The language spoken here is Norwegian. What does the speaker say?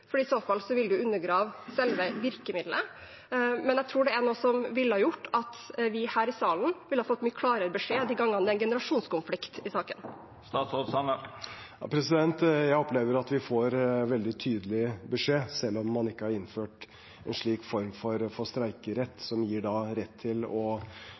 i så fall ville man undergrave selve virkemiddelet. Men jeg tror det er noe som ville ha gjort at vi her i salen ville fått mye klarere beskjed de gangene det er en generasjonskonflikt i saken. Jeg opplever at vi får veldig tydelig beskjed selv om man ikke har innført en slik form for streikerett som gir rett til å